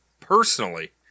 personally